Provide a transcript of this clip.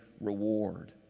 reward